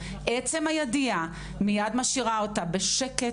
עצם הידיעה מייד משאירה אותה בשקט,